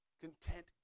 Content